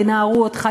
ינערו אותך,